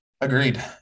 Agreed